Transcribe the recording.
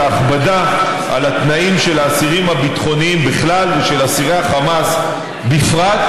את ההכבדה על התנאים של האסירים הביטחוניים בכלל ושל אסירי החמאס בפרט,